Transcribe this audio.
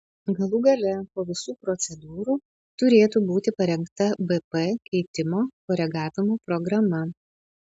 galų gale po visų procedūrų turėtų būti parengta bp keitimo koregavimo programa